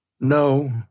No